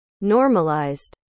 Normalized